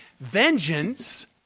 vengeance